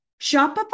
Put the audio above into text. Shopify